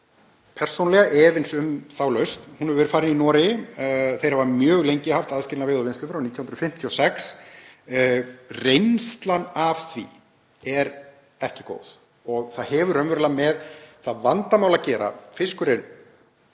persónulega efins um þá lausn. Hún hefur verið farin í Noregi, þeir hafa mjög lengi haft aðskilnað veiða og vinnslu frá 1956. Reynslan af því er ekki góð og það hefur raunverulega með það vandamál að gera að fiskur